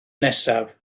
nesaf